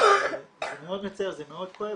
זה מאוד מצער, זה מאוד כואב.